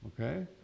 Okay